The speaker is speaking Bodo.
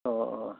अ अ